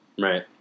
Right